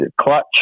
clutch